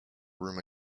room